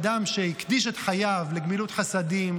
אדם שהקדיש את חייו לגמילות חסדים,